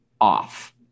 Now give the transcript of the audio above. off